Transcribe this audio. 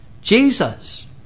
Jesus